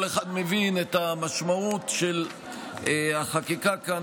כל אחד מבין את המשמעות של החקיקה כאן